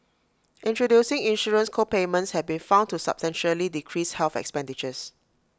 introducing insurance co payments have been found to substantially decrease health expenditures